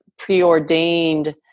preordained